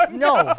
um no,